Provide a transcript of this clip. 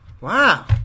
Wow